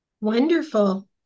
Wonderful